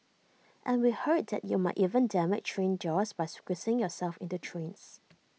and we heard that you might even damage train doors by squeezing yourself into trains